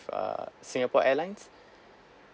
uh singapore airlines